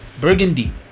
burgundy